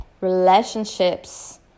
relationships